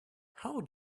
how